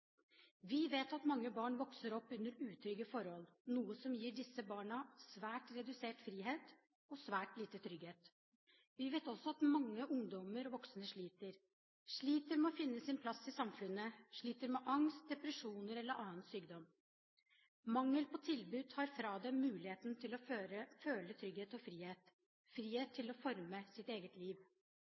Vi vet at mange barn vokser opp under utrygge forhold, noe som gir disse barna svært redusert frihet og svært lite trygghet. Vi vet også at mange ungdommer og voksne sliter – sliter med å finne sin plass i samfunnet, sliter med angst, depresjoner eller annen sykdom. Mangel på tilbud tar fra dem muligheten til å føle trygghet og frihet – frihet til å forme sitt eget liv.